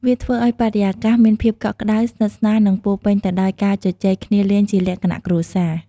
វាធ្វើអោយបរិយាកាសមានភាពកក់ក្តៅ ស្និទ្ធស្នាល និងពោរពេញទៅដោយការជជែកគ្នាលេងជាលក្ខណៈគ្រួសារ។